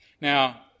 Now